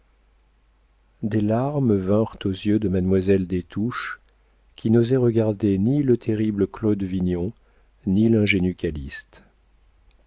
des larmes vinrent aux yeux de mademoiselle des touches qui n'osait regarder ni le terrible claude vignon ni l'ingénu